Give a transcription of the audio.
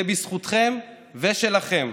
זה בזכותכם ושלכם.